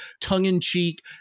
tongue-in-cheek